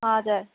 हजुर